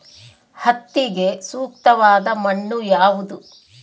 ಹತ್ತಿಗೆ ಸೂಕ್ತವಾದ ಮಣ್ಣು ಯಾವುದು?